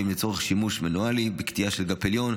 ואם לצורך שימוש מנואלי בקטיעה של גף עליון.